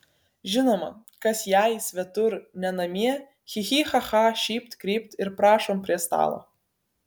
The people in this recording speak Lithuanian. žinoma kas jai svetur ne namie chi chi cha cha šypt krypt ir prašom prie stalo